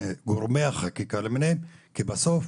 גורמי החקיקה למיניהם כי בסוף